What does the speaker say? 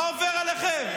מה עובר עליכם?